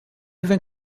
even